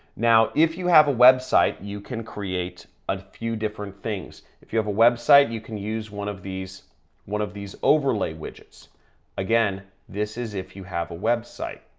now, if you have a website you can create a few different things. if you have a website you can use one of these one of these overlay widgets again this is if you have a website,